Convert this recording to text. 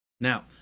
Now